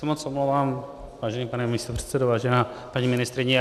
Já se moc omlouvám, vážený pane místopředsedo, vážená paní ministryně.